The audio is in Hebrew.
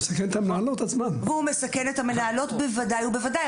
הוא מסכן את המנהלות בוודאי ובוודאי.